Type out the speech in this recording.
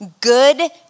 good